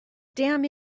damn